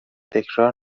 تکرار